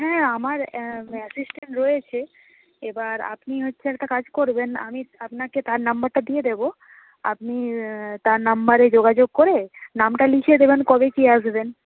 হ্যাঁ আমার অ্যাসিস্ট্যান্ট রয়েছে এবার আপনি হচ্ছে একটা কাজ করবেন আমি আপনাকে তার নাম্বারটা দিয়ে দেবো আপনি তার নাম্বারে যোগাযোগ করে নামটা লিখিয়ে দেবেন কবে কী আসবেন